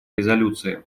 резолюции